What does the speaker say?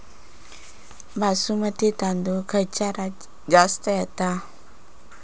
बासमती तांदूळ खयच्या राज्यात जास्त येता?